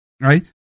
right